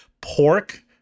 pork